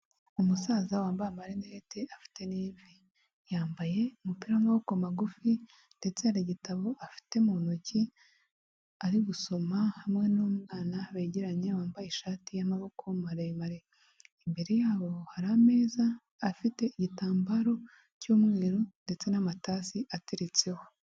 Umusaza wambaye amarinete afite nive yambaye umupira w'amaboko magufi ndetse hari igitabo afite mu ntoki ari gusoma hamwe numwana begeranye wambaye ishati y'amaboko maremare, imbere yabo hari ameza afite igitambaro cy'umweru ndetse n'amatasi ateretseho.